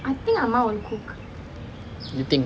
I think ah will cook sweating